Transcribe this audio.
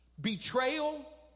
betrayal